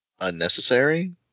Unnecessary